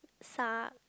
suck